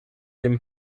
dem